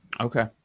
Okay